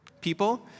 people